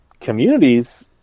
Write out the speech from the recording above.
communities